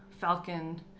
falcon